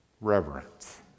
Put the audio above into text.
reverence